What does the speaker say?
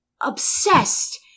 obsessed